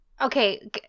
Okay